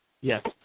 Yes